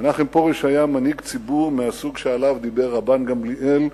מנחם פרוש היה מנהיג ציבור מהסוג שעליו דיבר רבן גמליאל,